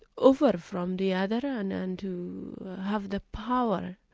over from the other, and and to have the power.